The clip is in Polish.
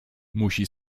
musi